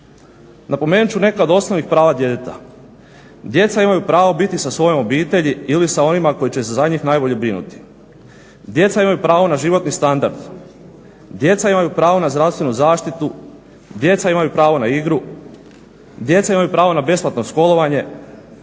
Napomenut ću neka od osnovnih prava djeteta. Djeca imaju pravo biti sa svojom obitelji ili sa onima koji će se za njih najbolje brinuti, djeca imaju pravo na životni standard, djeca imaju pravo na zdravstvenu zaštitu, djeca imaju pravo na igru, djeca imaju pravo na besplatno školovanje,